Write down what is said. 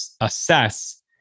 assess